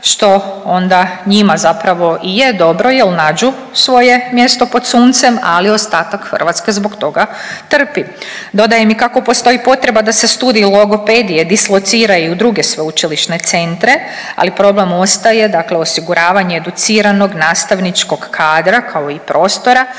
što onda njima zapravo i je dobro jel nađu svoje mjesto pod suncem, ali ostatak Hrvatske zbog toga trpi. Dodajem i kako postoji potreba da se studij logopedije dislocira i u druge sveučilišne centre, ali problem ostaje dakle osiguravanje educiranog nastavničkog kadra, kao i prostora